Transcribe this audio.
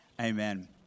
Amen